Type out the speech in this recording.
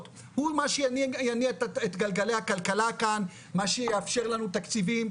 הוא מה שיניע את גלגלי הכלכלה כאן מה שיאפשר לנו תקציבים,